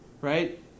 Right